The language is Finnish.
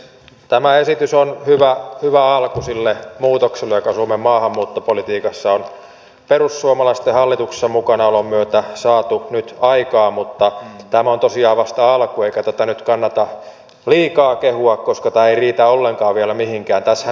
tämä esitys on hyvä alku sille muutokselle joka suomen maahanmuuttopolitiikassa on perussuomalaisten hallituksessa mukana olon myötä saatu nyt aikaan mutta tämä on tosiaan vasta alku eikä tätä nyt kannata liikaa kehua koska tämä ei riitä ollenkaan vielä mihinkään